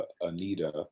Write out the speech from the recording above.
Anita